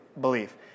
belief